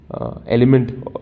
element